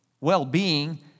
well-being